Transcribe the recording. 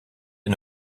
une